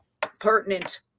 pertinent